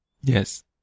Yes